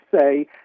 say